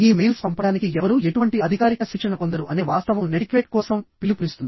ఈ మెయిల్స్ పంపడానికి ఎవరూ ఎటువంటి అధికారిక శిక్షణ పొందరు అనే వాస్తవం నెటిక్వేట్ కోసం పిలుపునిస్తుంది